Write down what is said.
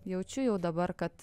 jaučiu jau dabar kad